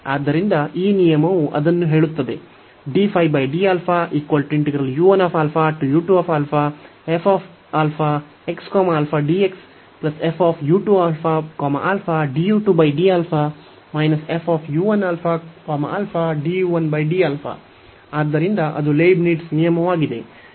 ಆದ್ದರಿಂದ ಈ ನಿಯಮವು ಅದನ್ನು ಹೇಳುತ್ತದೆ ಆದ್ದರಿಂದ ಅದು ಲೀಬ್ನಿಟ್ಜ್ ನಿಯಮವಾಗಿದೆ